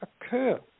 occur